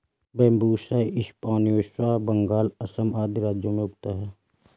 Bambusa spinosa Bengal, Assam आदि राज्यों में उगता है